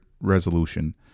resolution